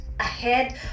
Ahead